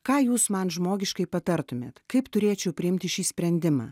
ką jūs man žmogiškai patartumėt kaip turėčiau priimti šį sprendimą